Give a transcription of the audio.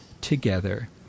together